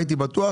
הייתי בטוח